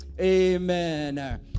amen